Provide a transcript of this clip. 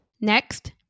Next